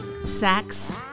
sex